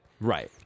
Right